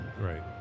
Right